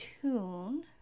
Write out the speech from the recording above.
tune